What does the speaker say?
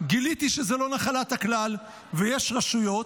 גיליתי שזה לא נחלת הכלל, ויש רשויות,